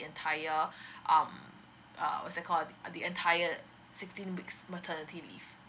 the entire um uh what's they called uh the entire sixteen weeks maternity leave